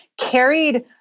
carried